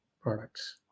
products